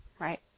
right